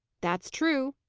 that's true,